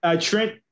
Trent